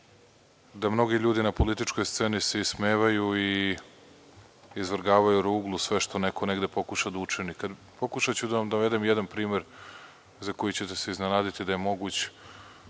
da mnogi ljudi na političkoj sceni se ismevaju i izvrgavaju ruglu sve što neko negde pokuša da učini. Pokušaću da vam dovedem jedan primer za koji ćete se iznenaditi da je moguć,